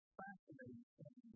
fascinating